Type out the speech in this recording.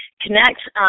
connect